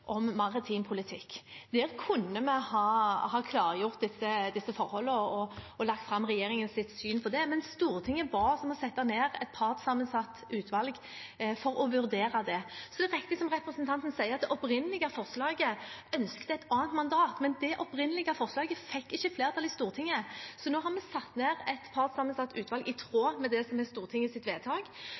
om maritim politikk. Der kunne vi ha klargjort disse forholdene og lagt fram regjeringens syn på det. Men Stortinget ba oss om å sette ned et partssammensatt utvalg for å vurdere det. Det er riktig som representanten Gjelsvik sier, at det opprinnelige forslaget ønsket et annet mandat, men det opprinnelige forslaget fikk ikke flertall i Stortinget, så nå har vi satt ned et partssammensatt utvalg i tråd med det som er Stortingets vedtak.